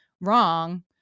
wrong